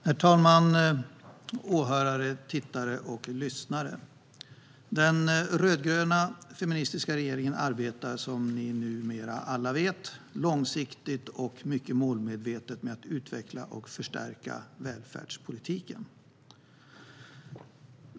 Herr talman, åhörare, tittare och lyssnare! Den rödgröna feministiska regeringen arbetar, som ni numera alla vet, långsiktigt och mycket målmedvetet med att utveckla och förstärka välfärdspolitiken.